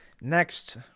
next